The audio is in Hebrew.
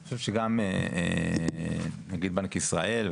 אני חושב שגם נגיד בנק ישראל,